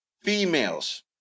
females